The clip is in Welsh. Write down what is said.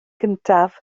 gyntaf